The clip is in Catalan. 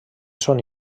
són